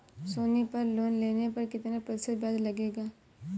सोनी पल लोन लेने पर कितने प्रतिशत ब्याज लगेगा?